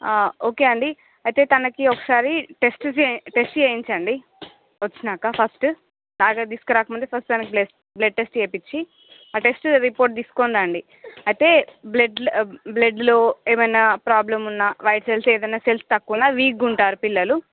okay అండి అయితే తనకి ఒకసారి టెస్ట్ టెస్ట్ చేయించండి వచ్చాక ఫస్ట్ నాకాడకి తీసురాకముందే ఫస్ట్ తనకి బ్లడ్ టెస్ట్ చేయించి ఆ టెస్ట్ రిపోర్ట్స్ తీసుకుని రండి అయితే బ్లడ్ బ్లడ్లో ఏమైనా ప్రాబ్లమ్ ఉన్నా వైట్ సెల్స్ ఏదైనా సెల్స్ తక్కువున్నా వీక్గా ఉంటారు పిల్లలు